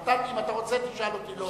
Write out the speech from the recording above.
אם אתה רוצה, תשאל אותי ולא אותו.